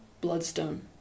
bloodstone